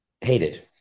hated